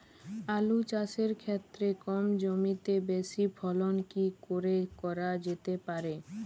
আলু চাষের ক্ষেত্রে কম জমিতে বেশি ফলন কি করে করা যেতে পারে?